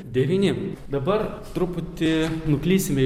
devyni dabar truputį nuklysime